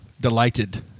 delighted